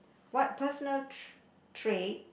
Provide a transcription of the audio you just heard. what personal trait